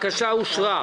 הבקשה אושרה.